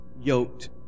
yoked